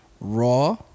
Raw